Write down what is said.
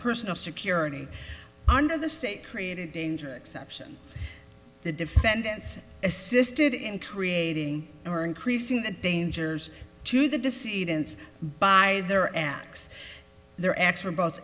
personal security under the state created danger exception the defendants assisted in creating or increasing the dangers to the deceit and by their acts their acts were both